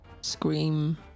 Scream